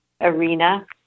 arena